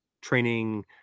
training